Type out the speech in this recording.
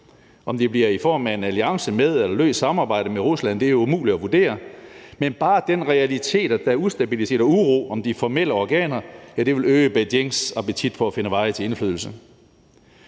Om det bliver i form af en alliance eller et løst samarbejde med Rusland, er umuligt at vurdere, men bare den realitet, at der er ustabilitet og uro om de formelle organer, vil øge Beijings regerings appetit for at finde veje til indflydelse.